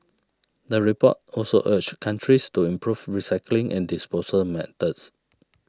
the report also urged countries to improve recycling and disposal methods